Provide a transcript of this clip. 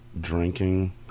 drinking